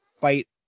fight